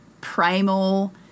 primal